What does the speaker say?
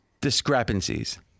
discrepancies